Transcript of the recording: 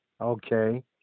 Okay